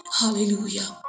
hallelujah